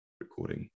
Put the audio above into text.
Recording